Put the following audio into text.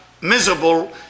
miserable